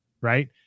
right